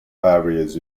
areas